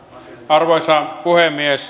arvoisa puhemies